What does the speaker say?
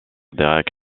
derek